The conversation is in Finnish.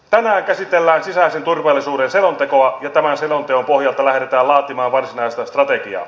tänään käsitellään sisäisen turvallisuuden selontekoa ja tämän selonteon pohjalta lähdetään laatimaan varsinaista strategiaa